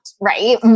right